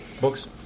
books